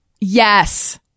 Yes